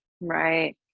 Right